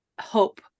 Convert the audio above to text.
hope